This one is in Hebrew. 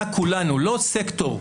לא סקטור.